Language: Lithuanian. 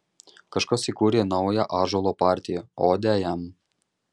kažkas įkūrė naują ąžuolo partiją odę jam